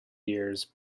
years